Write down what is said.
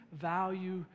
value